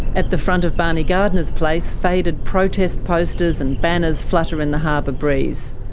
at the front of barney gardiner's place, faded protest posters and banners flutter in the harbour breeze.